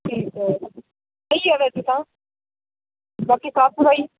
ਠੀਕ ਹੈ ਸਹੀ ਹੈ ਵੈਸੇ ਤਾਂ ਬਾਕੀ ਸਾਫ਼ ਸਫ਼ਾਈ